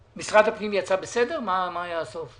העסקים הקטנים בסך הכול נזרקו לצדי הדרך.